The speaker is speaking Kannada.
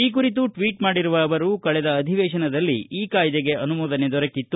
ಈ ಕುರಿತು ಟ್ವೀಟ್ ಮಾಡಿರುವ ಅವರು ಕಳೆದ ಅಧಿವೇಶನದಲ್ಲಿ ಈ ಕಾಯ್ದಿಗೆ ಅನುಮೋದನೆ ದೊರಕಿತ್ತು